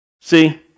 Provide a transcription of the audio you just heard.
see